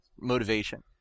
motivation